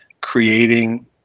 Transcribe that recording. creating